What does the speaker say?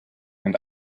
and